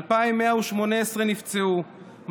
2,118 נפצעו,